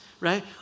right